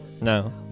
No